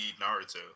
Naruto